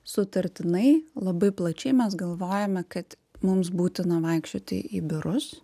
sutartinai labai plačiai mes galvojome kad mums būtina vaikščioti į biurus